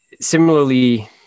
Similarly